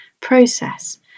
process